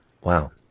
Wow